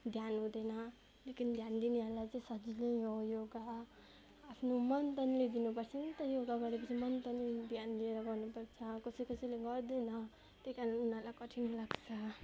ध्यान हुँदैन लेकिन ध्यान दिनेहरूलाई चाहिँ सजिलै हो योगा आफ्नो मन तनले दिनु पर्छ नि त योगा गरेपछि मन तनले ध्यान दिएर गर्नु पर्छ कसै कसैले गर्दैन त्यही कारण उनीहरूलाई कठिन लाग्छ